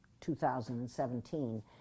2017